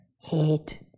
heat